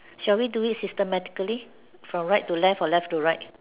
shall we do it systematically from right to left or left to right